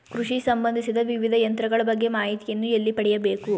ಕೃಷಿ ಸಂಬಂದಿಸಿದ ವಿವಿಧ ಯಂತ್ರಗಳ ಬಗ್ಗೆ ಮಾಹಿತಿಯನ್ನು ಎಲ್ಲಿ ಪಡೆಯಬೇಕು?